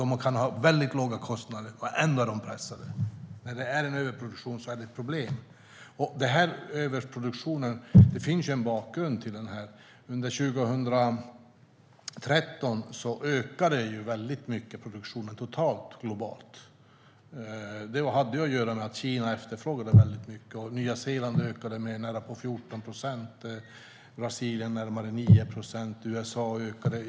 De kan ha väldigt låga kostnader, men är ändå pressade. När det råder överproduktion är det ett problem. Det finns en bakgrund till denna överproduktion. Under 2013 ökade den totala produktionen globalt väldigt starkt. Det hade att göra med att Kina efterfrågade väldigt mycket. Nya Zeeland ökade med närapå 14 procent, Brasilien med närmare 9 procent. USA ökade.